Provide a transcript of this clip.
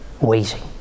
waiting